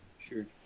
sure